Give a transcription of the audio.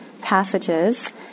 passages